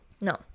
no